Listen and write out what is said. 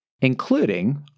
including